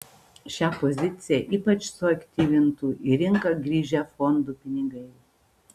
šią poziciją ypač suaktyvintų į rinką grįžę fondų pinigai